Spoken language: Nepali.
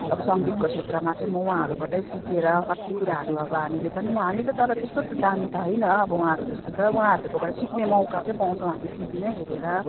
अब सङ्गीतको क्षेत्रमा चाहिँ म उहाँहरूबाटै सिकेर कति कुराहरू अब हामीले पनि हामी त तर त्यस्तो दामी त होइन अब उहाँहरू जस्तो त उहाँहरूकोबाट सिक्ने मौका चाहिँ पाउँछौँ हामी टिभीमै हेरेर